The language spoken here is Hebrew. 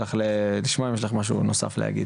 אם יש לך משהו נוסף להגיד.